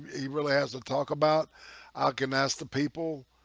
he really has to talk about i can ask the people